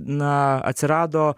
na atsirado